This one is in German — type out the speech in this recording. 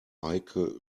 eike